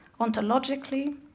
ontologically